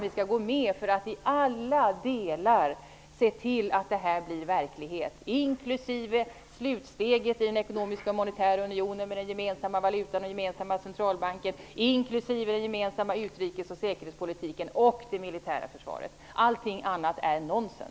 Vi skall gå med för att se till att intentionerna blir verklighet i alla delar, inklusive slutsteget i den ekonomiska och monetära unionen med den gemensamma valutan och den gemensamma centralbanken, inklusive den gemensamma utrikes och säkerhetspolitiken och det militära försvaret. Allt annat är nonsens!